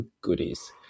goodies